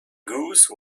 goose